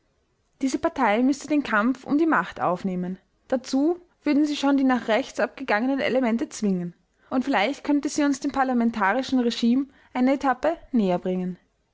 diese partei müßte den kampf um die macht aufnehmen dazu würden sie schon die nach rechts abgegangenen elemente zwingen und vielleicht könnte sie uns dem parlamentarischen regime eine etappe